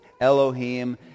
Elohim